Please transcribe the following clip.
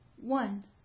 one